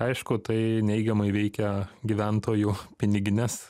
aišku tai neigiamai veikia gyventojų pinigines